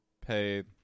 paid